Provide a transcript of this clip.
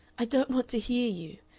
i don't want to hear you.